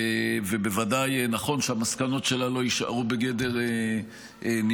ובוודאי נכון שהמסקנות שלה לא יישארו בגדר ניירות,